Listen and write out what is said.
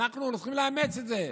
אנחנו הולכים לאמץ את זה,